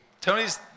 Tony's